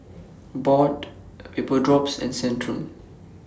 Abbott Vapodrops and Centrum